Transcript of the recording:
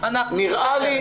נראה לי,